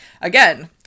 again